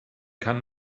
kann